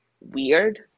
weird